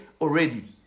already